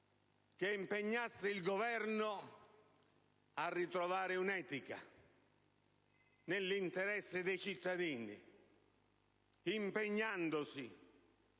che impegnasse il Governo a ritrovare un'etica, nell'interesse dei cittadini, ad